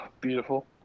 Beautiful